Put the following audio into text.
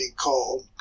called